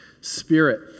spirit